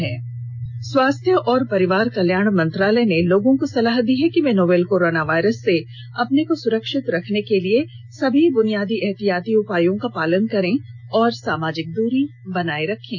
र्ष के लिये से के लिये स्वास्थ्य और परिवार कल्याण मंत्रालय ने लोगों को सलाह दी है कि वे नोवल कोरोना वायरस से अपने को सुरक्षित रखने के लिए सभी बुनियादी एहतियाती उपायों का पालन करें और सामाजिक दूरी बनाए रखें